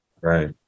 Right